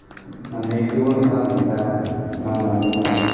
मोननैखौबो आं दा मावनानै दं आरो